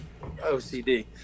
OCD